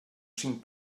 cinc